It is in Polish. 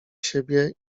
siebie